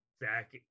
back